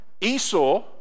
Esau